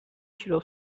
tira